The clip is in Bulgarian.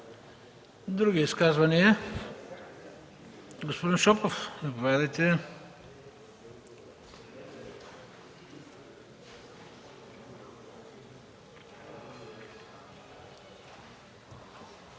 други изказвания? Господин Шопов, заповядайте.